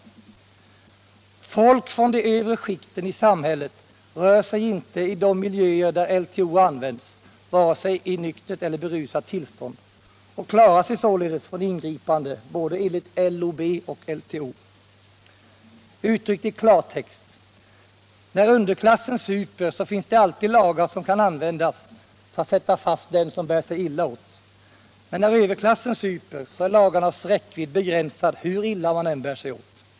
Folk från de övre skikten i samhället rör sig inte i de miljöer där LTO används, vare sig i nyktert eller berusat tillstånd, och klarar sig således från ingripande både enligt LOB och LTO. Uttryckt i klartext: När underklassen super finns det alltid lagar som kan användas för att sätta fast den som bär sig illa åt, men när överklassen super är lagarnas räckvidd begränsad, hur illa man än bär sig åt.